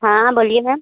हाँ हाँ बोलिए मैम